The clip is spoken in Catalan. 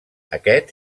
aquest